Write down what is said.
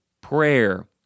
prayer